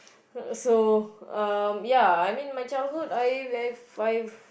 so um ya I mean my childhood I have five